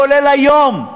כולל היום,